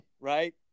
right